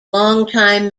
longtime